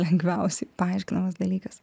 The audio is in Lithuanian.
lengviausiai paaiškinamas dalykas